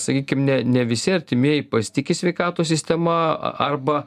sakykim ne ne visi artimieji pasitiki sveikatos sistema arba